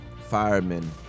firemen